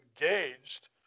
engaged